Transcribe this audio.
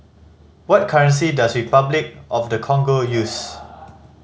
what currency does Repuclic of the Congo use